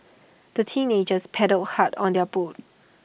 the teenagers paddled hard on their boat